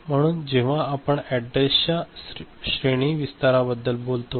म्हणून जेव्हा आपण अॅड्रेसच्या श्रेणी विस्ताराबद्दल बोलू